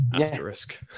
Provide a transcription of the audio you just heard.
Asterisk